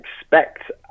expect